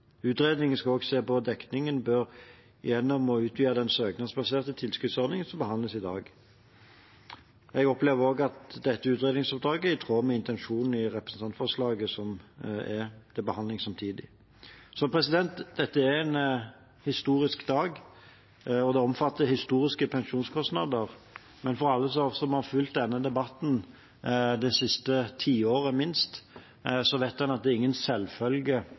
Utredningen skal også se på om dekningen bør skje gjennom å utvide den søknadsbaserte tilskuddsordningen som behandles i dag. Jeg opplever også at dette utredningsoppdraget er i tråd med intensjonen i representantforslaget som er til behandling samtidig. Dette er en historisk dag, og det omfatter historiske pensjonskostnader. Men alle som har fulgt denne debatten det siste tiåret, minst, vet at det ikke er noen selvfølge